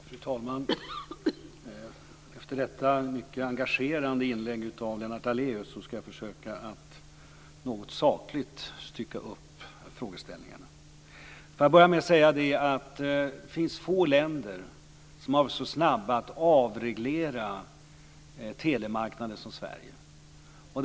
Fru talman! Efter detta mycket engagerande inlägg av Lennart Daléus ska jag försöka att något sakligt stycka upp frågeställningarna. Får jag börja med att säga att det finns få länder som har varit så snabba att avreglera telemarknaden som Sverige.